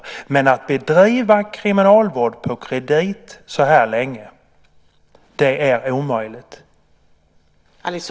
Det är omöjligt att bedriva kriminalvård på kredit så här länge.